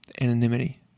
anonymity